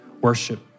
worship